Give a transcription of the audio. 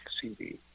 CD